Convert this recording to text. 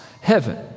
heaven